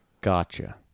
gotcha